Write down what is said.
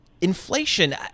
Inflation